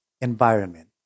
environment